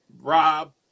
Rob